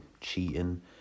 cheating